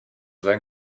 sein